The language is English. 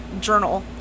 journal